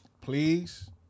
please